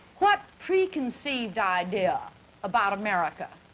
what preconceived idea about america